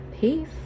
peace